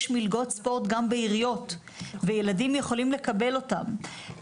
שגם ב- Yandex אפשר למצוא אותו לפי מילות חיפוש שעולים חדשים מחפשים,